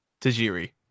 Tajiri